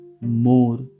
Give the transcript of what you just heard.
more